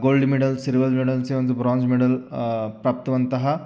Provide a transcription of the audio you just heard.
gold medals silver medals एवं bronze medal प्राप्तवन्तः